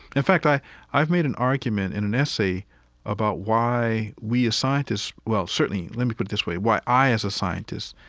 in fact i've i've made an argument in an essay about why we as scientists, well, certainly let me put it this way, why i, as a scientist,